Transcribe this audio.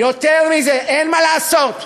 יותר מזה, אין מה לעשות,